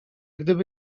gdyby